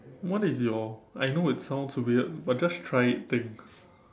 what is your I know it sounds weird but just try it thing